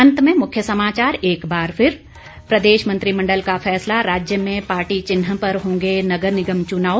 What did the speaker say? अंत में मुख्य समाचार एक बार फिर प्रदेश मंत्रिमंडल का फैसला राज्य में पार्टी चिन्ह पर होंगे नगर निगम चुनाव